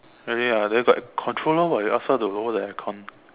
by the way ya there's like a controller [what] you ask her to lower the aircon